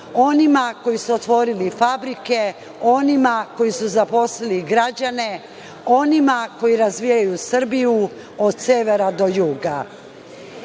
onima koji su otvorili fabrike, onima koji su zaposlili građane, onima koji razvijaju Srbiju od severa do